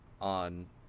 on